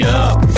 up